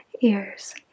ears